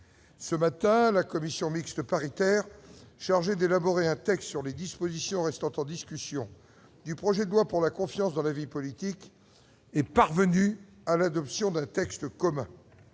ce matin, la commission mixte paritaire chargée d'élaborer un texte sur les dispositions restant en discussion du projet de loi pour la confiance dans la vie politique est parvenu à l'adoption d'un texte commun,